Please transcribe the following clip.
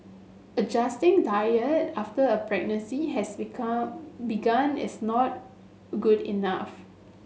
adjusting diet after a pregnancy has become begun is not good enough